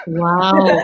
wow